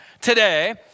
today